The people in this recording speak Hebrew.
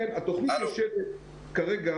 אם אתם מסתכלים אמר את זה קודם יו"ר הוועדה,